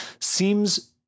seems